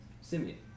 Simeon